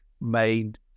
made